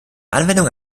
anwendung